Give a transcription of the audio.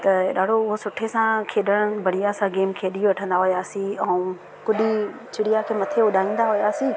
त ॾाढो उहो सुठे सां खेॾणु बढ़िया सां गेम खेॾी वठंदा हुआसीं ऐं गुड्डी चिड़िया खे मथे उॾाईंदा हुआसीं